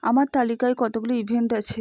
আমার তালিকায় কতোগুলি ইভেন্ট আছে